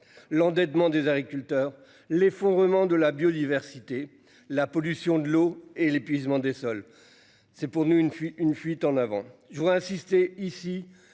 L'endettement des agriculteurs. L'effondrement de la biodiversité, la pollution de l'eau et l'épuisement des sols. C'est pour nous une fuite, une fuite en avant, je voudrais insister ici